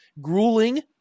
grueling